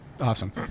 awesome